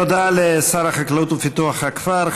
תודה לשר החקלאות ופיתוח הכפר,